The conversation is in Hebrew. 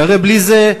שהרי בלי זה,